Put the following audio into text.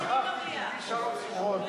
אני שכחתי את ידידי שלום שמחון.